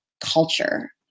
culture